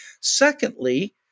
Secondly